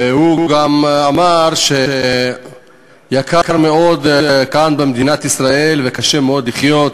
והוא גם אמר שיקר מאוד כאן במדינת ישראל וקשה מאוד לחיות,